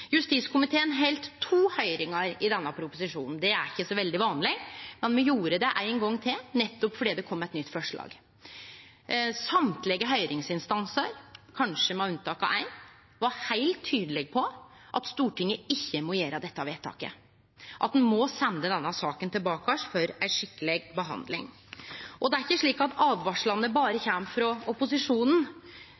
Justiskomiteen heldt to høyringar til denne proposisjonen. Det er ikkje så veldig vanleg, men me gjorde det ein gong til nettopp fordi det kom eit nytt forslag. Alle høyringsinstansane, kanskje med unntak av éin, var heilt tydelege på at Stortinget ikkje må gjere dette vedtaket, at ein må sende denne saka tilbake for ei skikkeleg behandling. Det er ikkje slik at åtvaringane berre